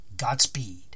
Godspeed